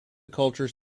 cultures